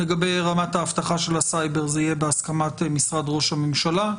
לגבי רמת האבטחה של הסייבר זה יהיה בהסכמת משרד ראש הממשלה,